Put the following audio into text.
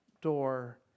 door